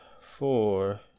four